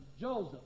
Joseph